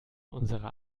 unserer